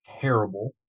terrible